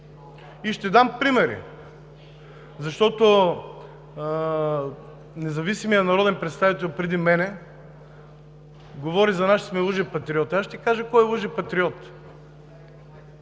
Ще дам примери, защото независимият народен представител преди мен говори за нас, че сме лъжепатриоти. Ще кажа кой е лъжепатриот.